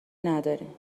نداریم